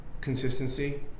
Consistency